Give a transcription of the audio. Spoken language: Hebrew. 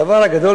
הדבר הגדול